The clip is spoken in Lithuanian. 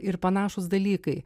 ir panašūs dalykai